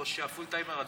או שהפול-טיימר עדיין,